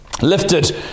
Lifted